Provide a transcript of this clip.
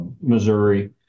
Missouri